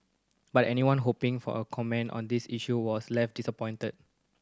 but anyone hoping for a comment on the issue was left disappointed